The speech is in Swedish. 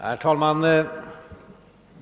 Herr talman!